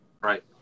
right